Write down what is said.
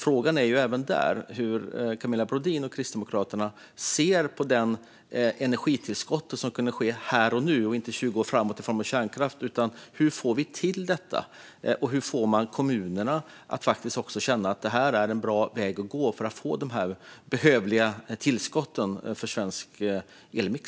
Frågan är även där hur Camilla Brodin och Kristdemokraterna ser på det energitillskott som skulle kunna ske här och nu och inte 20 år framåt i tiden i form av kärnkraft. Hur får vi till detta, och hur får vi kommunerna att faktiskt känna att det här är en bra väg att gå för att få de behövliga tillskotten för svensk elmix?